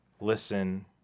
listen